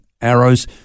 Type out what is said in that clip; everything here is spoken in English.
arrows